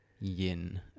yin